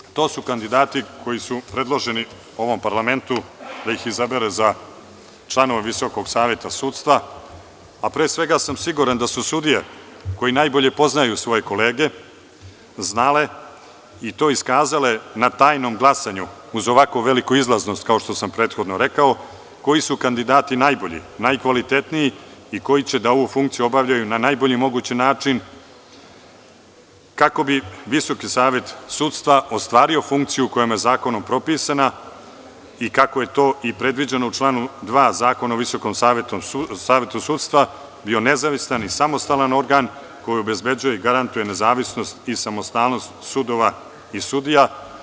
Dakle, to su kandidati koji su predloženi ovom parlamentu da ih izabere za članove Visokog saveta sudstva, a pre svega sam siguran da su sudije koje najbolje poznaju svoje kolege znale i to iskazale na tajnom glasanju uz ovako veliku izlaznost, kao što sam prethodno rekao, koji su kandidati najbolji, najkvalitetniji i koji će ovu funkciju da obavljaju na najbolji mogući način, kako bi Visoki savet sudstva ostvario funkciju koja mu je zakonom propisana i kako je to i predviđeno u članu 2. Zakona o Visokom savetu sudstva, bio nezavisan i samostalan organ koji obezbeđuje i garantuje nezavisnost i samostalnost sudova i sudija.